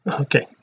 okay